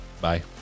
bye